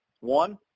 One